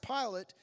Pilate